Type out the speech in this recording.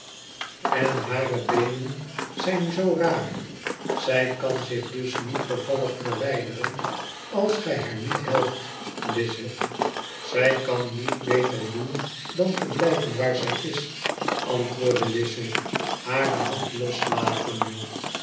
en hare beenen zijn zoo raar zij kaa zich dus niet bevallig verwijderen als gij haar niet helpt lizc zij kan niet beter doen dan te blijven waar zij is antwoordde lize hare hand loslatende